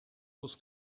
was